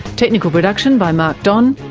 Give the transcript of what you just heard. technical production by mark don,